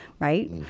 Right